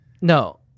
No